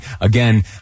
again